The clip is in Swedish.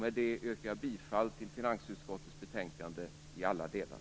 Med det yrkar jag bifall till hemställan i finansutskottets betänkande i alla delar.